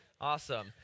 Awesome